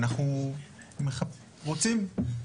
יכול להיות שזה בכלל לא צריך,